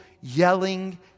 yelling